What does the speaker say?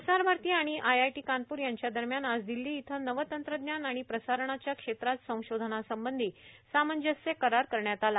प्रसारभारती आणि आयआयटी कानपूर यांच्या दरम्यान आज दित्ती इथं नवतंत्रज्ञान आणि प्रसारणाच्या क्षेत्रात संशोधनासंबंधी सामंजस्य करार करण्यात आला